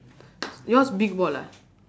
yours big ball ah